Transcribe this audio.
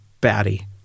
batty